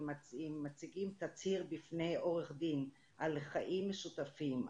אם מציגים תצהיר בפני עורך דין על חיים משותפים,